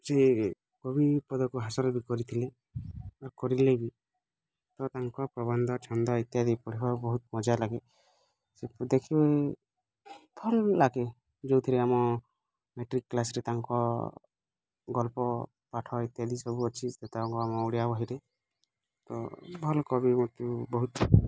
ସେ କବି ପଦକୁ ବି ହାସଲ ବି କରିଥିଲେ କରିଲେ ବି ତାଙ୍କ ପ୍ରବନ୍ଧ ଛନ୍ଦ ଇତ୍ୟାଦି ପଢ଼ିବା ବହୁତ ମଜା ଲାଗେ ଭଲ ଲାଗେ ଯୋଉଥିରେ ଆମ ମ୍ୟାଟ୍ରିକ୍ କ୍ଲାସ୍ ରେ ତାଙ୍କ ଗଳ୍ପ ପାଠ ଇତ୍ୟାଦି ସବୁ ଅଛି ଆମ ଓଡ଼ିଆ ବହିରେ ତ ଭଲ କବି ବହୁତ